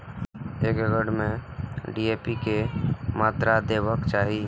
एक एकड़ में डी.ए.पी के मात्रा देबाक चाही?